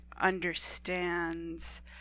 understands